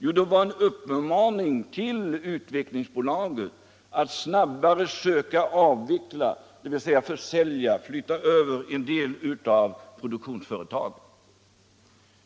Jo, de var en uppmaning till Svenska Utvecklingsaktiebolaget att snabbare söka avveckla — dvs. försälja eller flytta över — en del av produktionsföretagen.